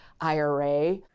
IRA